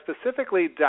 specifically